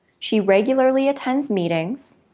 she regularly attends meetings,